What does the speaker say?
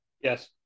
Yes